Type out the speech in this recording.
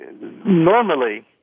normally